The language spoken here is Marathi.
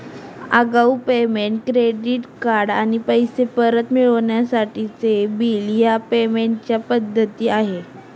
आगाऊ पेमेंट, क्रेडिट कार्ड आणि पैसे परत मिळवण्यासाठीचे बिल ह्या पेमेंट च्या पद्धती आहे